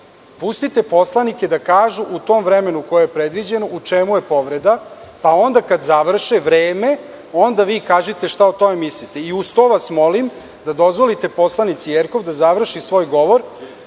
Pustite poslanike da kažu u tom vremenu koje je predviđeno u čemu je povreda, pa onda kad završe vreme, onda vi kažite šta o tome mislite. Uz to vas molim da dozvolite poslanici Jekov da završi svoj govor,